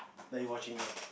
like you watching now